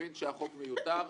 תבין שהחוק מיותר,